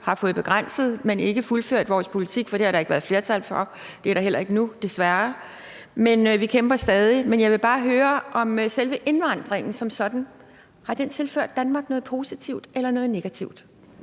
har fået begrænset den, men ikke fuldført vores politik, for det har der ikke været flertal for. Det er der heller ikke nu, desværre, men vi kæmper stadig. Men jeg vil bare høre, om selve indvandringen som sådan har tilført Danmark noget positivt eller noget negativt?